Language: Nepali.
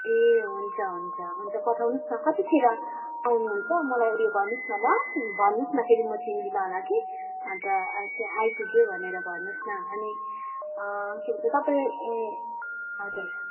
ए हुन्छ हुन्छ हुन्छ पठाउनुहोस् न कतिखेर आउनुहुन्छ मलाई उयो गर्नुहोस् न ल भन्नुहोस् न फेरि म चिन्दिनँ होला कि अन्त त्यहाँ आइपुग्यो भनेर भन्नुहोस् न अनि अँ के भन्छ तपाईँ हजुर